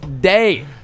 day